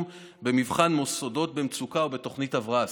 במבחן מוסדות במצוקה או הם בתוכנית הבראה.